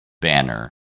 banner